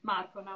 Marco